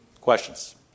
Questions